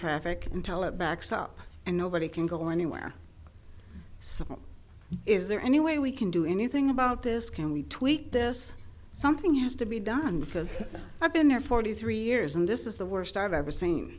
traffic and tell it backs up and nobody can go anywhere so is there any way we can do anything about this can we tweak this something has to be done because i've been there forty three years and this is the worst i've ever seen